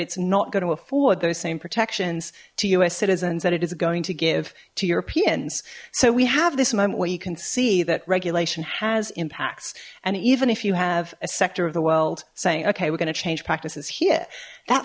it's not going to afford those same protections to u s citizens that it is going to give to europeans so we have this moment where you can see that regulation has impacts and even if you have a sector of the world saying okay we're going to change practices here that